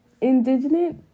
indigenous